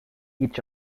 each